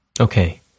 Okay